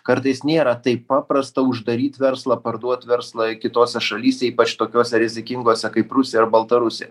kartais nėra taip paprasta uždaryt verslą parduot verslą kitose šalyse ypač tokiose rizikingose kaip rusija ar baltarusija